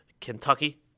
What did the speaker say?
Kentucky